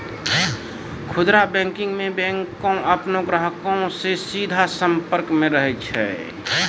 खुदरा बैंकिंग मे बैंक अपनो ग्राहको से सीधा संपर्क मे रहै छै